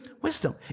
wisdom